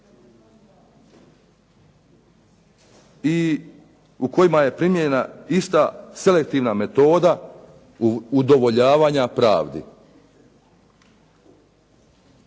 i u kojima je primijenjena ista selektivna metoda udovoljavanja pravdi.